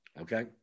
Okay